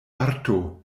arto